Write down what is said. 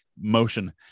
motion